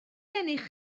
gennych